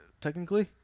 Technically